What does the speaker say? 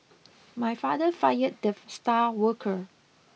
my father fired the star worker